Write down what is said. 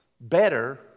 better